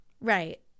Right